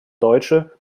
deutsche